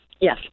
yes